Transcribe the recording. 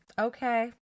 Okay